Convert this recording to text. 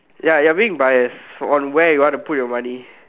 ya you're being biased on where you want to put your money